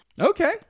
Okay